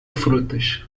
frutas